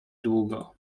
długo